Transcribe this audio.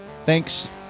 Thanks